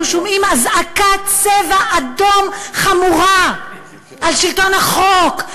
שומעים אזעקת "צבע אדום" חמורה על שלטון החוק,